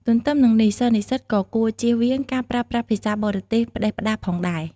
ទន្ទឹមនឹងនេះ សិស្សនិស្សិតក៏គួរ ចៀសវាងការប្រើប្រាស់ភាសាបរទេសផ្តេសផ្តាសផងដែរ។